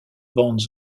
bandes